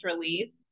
release